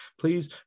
Please